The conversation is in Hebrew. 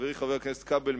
חברי חבר הכנסת כבל,